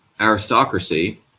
aristocracy